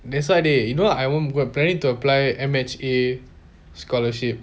that's why dey you know I won't I planning to apply M H A scholarship